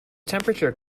temperature